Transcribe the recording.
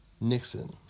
Nixon